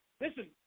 Listen